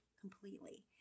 completely